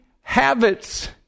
habits